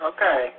Okay